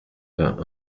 vingt